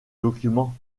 document